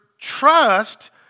trust